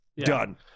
done